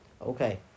Okay